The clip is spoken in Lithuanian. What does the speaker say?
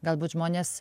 galbūt žmonės